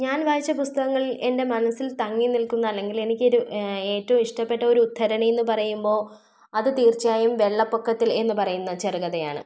ഞാൻ വായിച്ച പുസ്തകങ്ങളിൽ എൻ്റെ മനസ്സിൽ തങ്ങി നിൽക്കുന്ന അല്ലെങ്കിൽ എനിക്കൊരു ഏറ്റവും ഇഷ്ടപ്പെട്ട ഒരു ഉദ്ധരണി എന്ന് പറയുമ്പോൾ അത് തീർച്ചയായും വെള്ളപ്പൊക്കത്തിൽ എന്ന് പറയുന്ന ചെറുകഥയാണ്